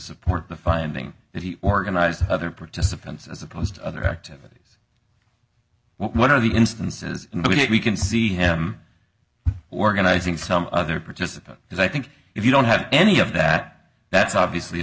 support the finding that he organized other participants as opposed to other activities what are the instances in the way that we can see him organizing some other participant because i think if you don't have any of that that's obviously a